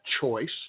choice